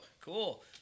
cool